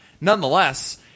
Nonetheless